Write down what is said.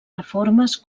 reformes